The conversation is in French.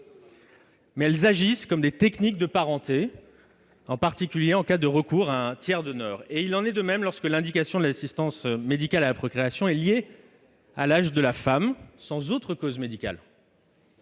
: elles agissent comme des techniques de parenté, en particulier en cas de recours à un tiers donneur. Il en est de même lorsque l'indication de l'assistance médicale à la procréation est liée à l'âge de la femme, sans autre cause médicale.